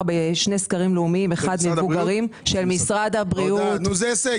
זה הישג.